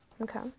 Okay